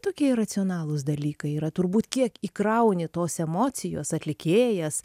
tokie iracionalūs dalykai yra turbūt kiek įkrauni tos emocijos atlikėjas